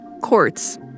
courts